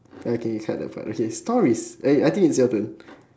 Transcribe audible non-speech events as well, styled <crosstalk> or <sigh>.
okay cut that part okay stories eh I think is your turn <noise>